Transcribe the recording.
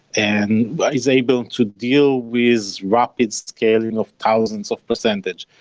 and is able to deal with rapid scaling of thousands of percentage.